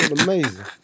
amazing